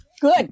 good